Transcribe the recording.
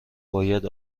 باید